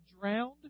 drowned